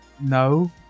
No